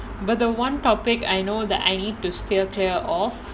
but the one topic I know that I need to steer clear of